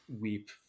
weep